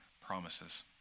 promises